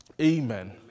Amen